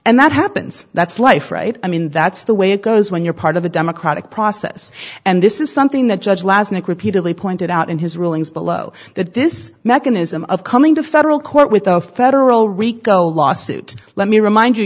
and that happens that's life right i mean that's the way it goes when you're part of a democratic process and this is something the judge last night repeatedly pointed out in his rulings below that this mechanism of coming to federal court with the federal rico lawsuit let me remind